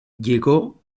llegó